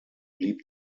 blieb